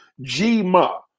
G-Ma